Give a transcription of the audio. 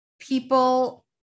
people